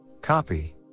Copy